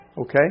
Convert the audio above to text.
Okay